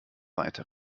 weiter